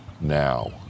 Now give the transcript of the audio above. now